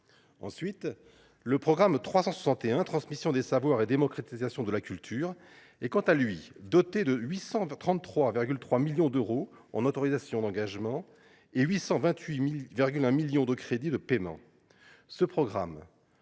culturels. Le programme 361 « Transmission des savoirs et démocratisation de la culture », quant à lui, est doté de 833,3 millions d’euros en autorisation d’engagement et de 828,1 millions d’euros en crédits de paiement.